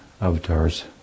avatars